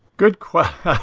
good question.